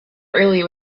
early